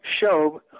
show